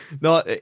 no